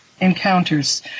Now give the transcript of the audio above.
encounters